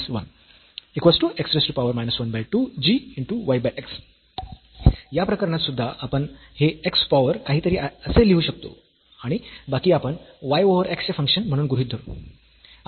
तर या प्रकरणात सुद्धा आपण हे x पॉवर काहीतरी असे लिहू शकतो आणि बाकी आपण y ओव्हर x चे फंक्शन म्हणून गृहीत धरू